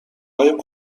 های